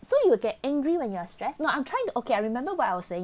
so you'll get angry when you are stressed no I'm trying to okay I remember what I was saying